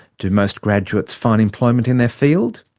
do most graduates find employment in their field?